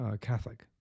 catholic